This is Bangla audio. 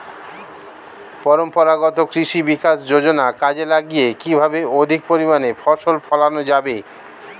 পরম্পরাগত কৃষি বিকাশ যোজনা কাজে লাগিয়ে কিভাবে অধিক পরিমাণে ফসল ফলানো যাবে?